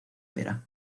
pera